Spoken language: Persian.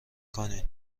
کنین